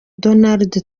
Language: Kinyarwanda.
donald